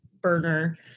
burner